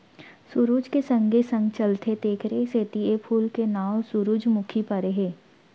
सुरूज के संगे संग चलथे तेकरे सेती ए फूल के नांव सुरूजमुखी परे हे